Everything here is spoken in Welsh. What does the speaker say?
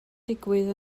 digwydd